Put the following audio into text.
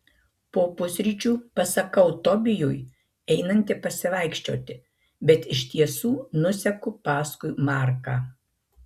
po pusryčių pasakau tobijui einanti pasivaikščioti bet iš tiesų nuseku paskui marką